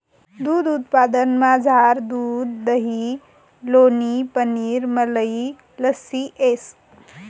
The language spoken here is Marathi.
दूध उत्पादनमझार दूध दही लोणी पनीर मलई लस्सी येस